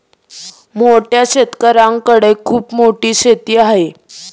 मोठ्या शेतकऱ्यांकडे खूप मोठी शेती आहे